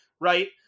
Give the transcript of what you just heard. right